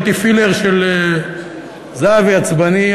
הייתי פילר של "זהבי עצבני".